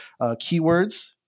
keywords